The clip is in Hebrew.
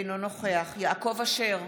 אינו נוכח יעקב אשר,